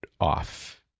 off